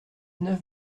neuf